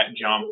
jump